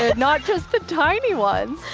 not just the tiny ones.